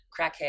crackhead